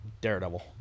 Daredevil